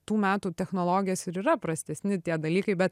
tų metų technologijas ir yra prastesni tie dalykai bet